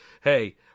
Hey